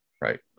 right